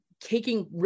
taking